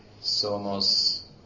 somos